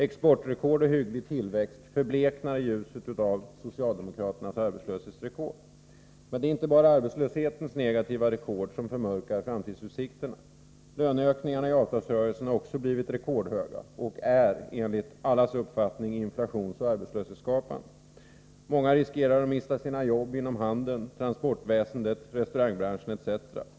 Exportrekord och hygglig tillväxt förbleknar i ljuset av socialdemokraternas arbetslöshetsrekord. Men det är inte bara arbetslöshetens negativa rekord som förmörkar framtidsutsikterna. Löneökningarna i avtalsrörelsen har också blivit rekordhöga och är enligt allas uppfattning inflationsoch arbetslöshetsskapande. Många riskerar att mista sina jobb inom handeln, transportväsendet, restaurangbranschen etc.